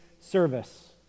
service